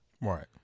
right